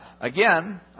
again